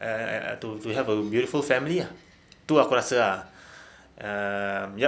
and to have a beautiful family ah tu aku rasa ah um yup